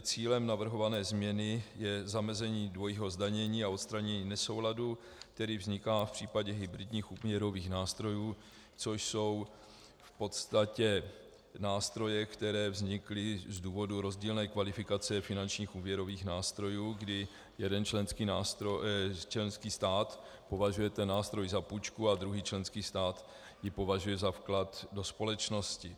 Cílem navrhované změny je zamezení dvojího zdanění a odstranění nesouladu, který vzniká v případě hybridních úvěrových nástrojů, což jsou v podstatě nástroje, které vznikly z důvodu rozdílné kvalifikace finančních úvěrových nástrojů, kdy jeden členský stát považuje ten nástroj za půjčku a druhý členský stát ji považuje za vklad do společnosti.